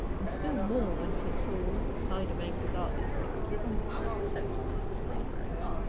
and still more when she saw all the cider-makers' eyes fixed upon her except mr. springrove's,